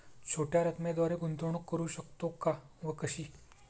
छोट्या रकमेद्वारे गुंतवणूक करू शकतो का व कशी?